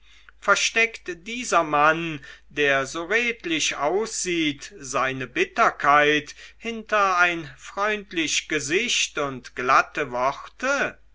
versteckt dieser mann der so redlich aussieht seine bitterkeit hinter ein freundlich gesicht und glatte worte